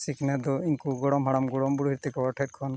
ᱥᱤᱠᱷᱱᱟᱹᱛ ᱫᱚ ᱩᱱᱠᱩ ᱜᱚᱲᱚᱢ ᱦᱟᱲᱟᱢ ᱜᱚᱲᱚᱢ ᱵᱩᱰᱷᱤ ᱛᱮᱠᱚ ᱴᱷᱮᱡ ᱠᱷᱚᱱ